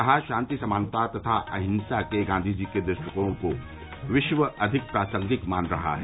कहा शांति समानता तथा अहिंसा के गांधी जी के दृष्टिकोण को विश्व अधिक प्रासंगिक मान रहा है